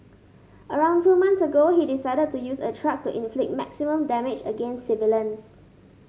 around two months ago he decided to use a truck to inflict maximum damage against civilians